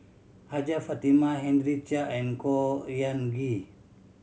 Hajjah Fatimah Henry Chia and Khor Ean Ghee